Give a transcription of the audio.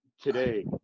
today